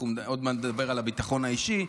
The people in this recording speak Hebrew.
עוד מעט נדבר על הביטחון האישי,